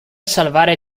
salvare